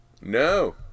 No